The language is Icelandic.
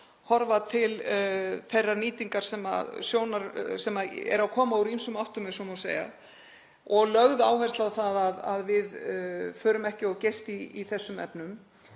horfa til þeirrar nýtingar sem er að koma úr ýmsum áttum, ef svo má segja, og lögð áhersla á það að við förum ekki of geyst í þessum efnum.